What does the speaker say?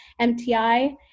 MTI